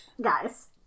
Guys